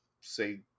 say